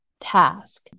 task